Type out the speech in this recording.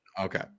Okay